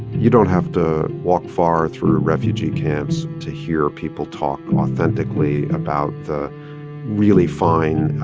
you don't have to walk far through refugee camps to hear people talk authentically about the really fine,